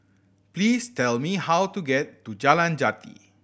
please tell me how to get to Jalan Jati